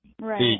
Right